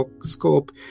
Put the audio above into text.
scope